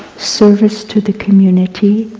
service to the community,